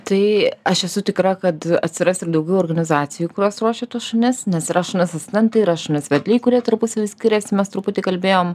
tai aš esu tikra kad atsiras ir daugiau organizacijų kurios ruoš šitus šunis nes yra šunys asistentai yra šunys vedliai kurie tarpusavy skiriasi mes truputį kalbėjom